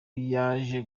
yaje